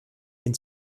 den